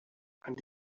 and